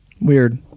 Weird